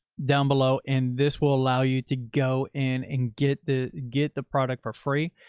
down below. and this will allow you to go in and get the, get the product for free,